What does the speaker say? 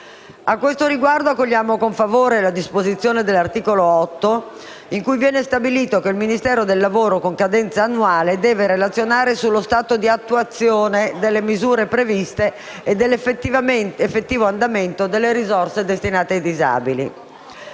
A questo riguardo, accogliamo con favore la disposizione contenuta nell'articolo 8, in cui viene stabilito che il Ministero del lavoro e delle politiche sociali deve relazionare con cadenza annuale sullo stato di attuazione delle misure previste e dell'effettivo andamento delle risorse destinate ai disabili.